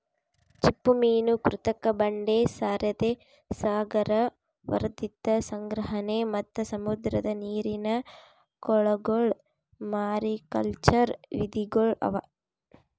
ಚಿಪ್ಪುಮೀನು, ಕೃತಕ ಬಂಡೆ, ತೆರೆದ ಸಾಗರ, ವರ್ಧಿತ ಸಂಗ್ರಹಣೆ ಮತ್ತ್ ಸಮುದ್ರದ ನೀರಿನ ಕೊಳಗೊಳ್ ಮಾರಿಕಲ್ಚರ್ ವಿಧಿಗೊಳ್ ಅವಾ